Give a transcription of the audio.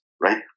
right